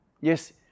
Yes